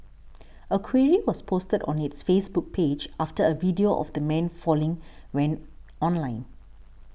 a query was posted on its Facebook page after a video of the man falling went online